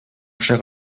cher